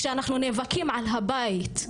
כשאנחנו נאבקים על הבית,